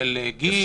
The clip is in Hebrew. של גיל.